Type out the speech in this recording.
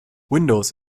windows